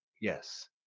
Yes